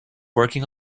working